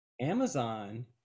Amazon